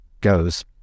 goes